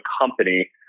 company